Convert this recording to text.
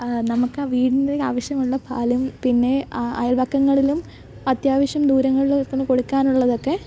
നമുക്കാ വീടിന് ആവശ്യമുള്ള പാലും പിന്നെ അയൽവക്കങ്ങളിലും അത്യാവശ്യം ദൂരങ്ങളിലൊക്കെ കൊടുക്കാനുള്ളതൊക്കെ